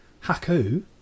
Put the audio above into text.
Haku